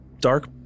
dark